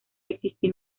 existir